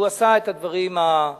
והוא עשה את הדברים הנדרשים.